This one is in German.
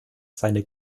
seine